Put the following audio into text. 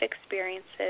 experiences